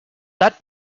that